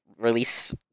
release